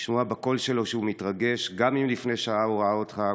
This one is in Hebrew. ולשמוע בקול שלו שהוא מתרגש גם אם לפני שעה הוא ראה אותך,